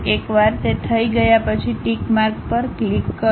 એકવાર તે થઈ ગયા પછી ટિક માર્ક પર ક્લિક કરો